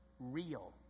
real